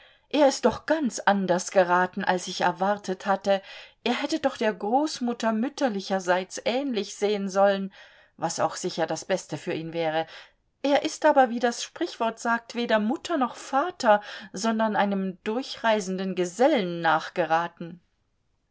er ist doch ganz anders geraten als ich erwartet hatte er hätte doch der großmutter mütterlicherseits ähnlich sehen sollen was auch sicher das beste für ihn wäre er ist aber wie das sprichwort sagt weder mutter noch vater sondern einem durchreisenden gesellen